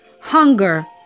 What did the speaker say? hunger